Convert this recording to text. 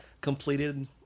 completed